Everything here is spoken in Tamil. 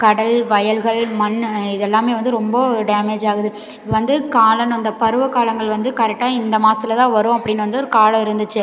கடல் வயல்கள் மண்ணு இதெல்லாமே வந்து ரொம்போ டேமேஜ் ஆகுது இப்போ வந்து காலம் அந்த பருவ காலங்கள் வந்து கரெக்டாக இந்த மாசத்தில் தான் வரும் அப்படின்னு வந்து ஒரு காலம் இருந்துச்சு